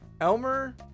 Elmer